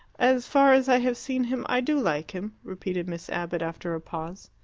as far as i have seen him, i do like him, repeated miss abbott, after a pause.